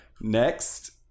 Next